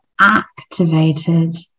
activated